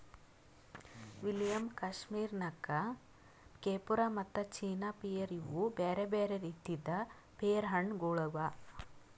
William, Kashmir ನಕ್, ಕೆಫುರ್ ಮತ್ತ ಚೀನಾ ಪಿಯರ್ ಇವು ಬ್ಯಾರೆ ಬ್ಯಾರೆ ರೀತಿದ್ ಪೇರು ಹಣ್ಣ ಗೊಳ್ ಅವಾ